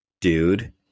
dude